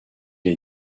est